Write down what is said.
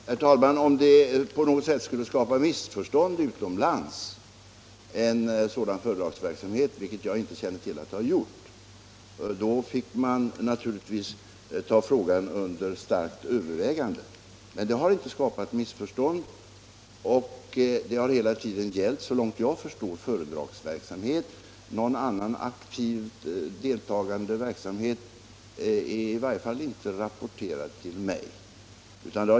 Herr talman! Om en sådan föredragsverksamhet på något sätt skulle skapa missförstånd utomlands, vilket jag inte känner till att den har gjort, fick man naturligtvis ta frågan under starkt övervägande. Men det har alltså inte skapats missförstånd, och så långt jag förstår har det hela tiden gällt föredragsverksamhet. Någon annan aktivt deltagande verksamhet är i varje fall inte rapporterad till mig.